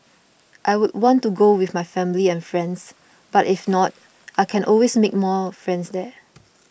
I would want to go with my family and friends but if not I can always make more friends there